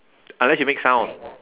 unless you make sound